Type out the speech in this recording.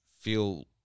feel